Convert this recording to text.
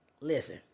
listen